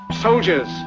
Soldiers